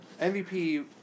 MVP